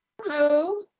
Hello